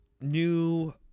new